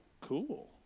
cool